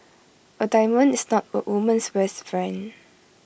A diamond is not A woman's best friend